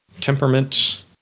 Temperament